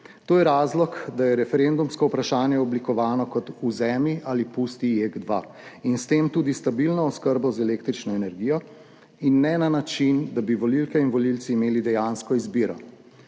To je razlog, da je referendumsko vprašanje oblikovano kot vzemi ali pusti JEK2 in s tem tudi stabilno oskrbo z električno energijo in ne na način, da bi volivke in volivci imeli dejansko izbiro.